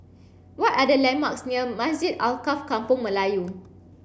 what are the landmarks near Masjid Alkaff Kampung Melayu